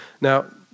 Now